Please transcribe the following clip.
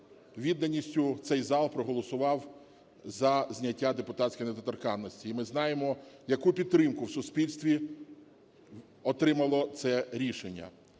відданістю цей зал проголосував за зняття депутатської недоторканності. І ми знаємо, яку підтримку в суспільстві отримало це рішення.